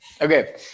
okay